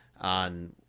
on